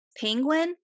Penguin